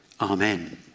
Amen